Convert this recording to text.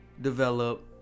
develop